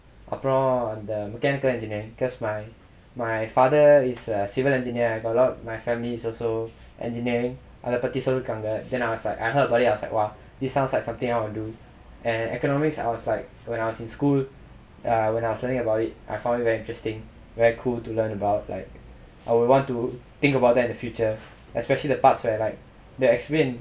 அப்பறம் அந்த:apparam antha the mechanical engineering cause my my father is a civil engineer got a lot my family is also engineering அத பத்தி சொல்லிர்காங்க:atha paththi sollirkaanga then I was like I heard about it I was like !wah! this sounds like something I wanna do and economics I was like when I was in school err when I was learning about it I found it very interesting very cool to learn about like I will want to think about that in the future especially the parts where like they explain